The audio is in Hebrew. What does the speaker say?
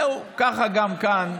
זהו, ככה גם כאן.